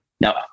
no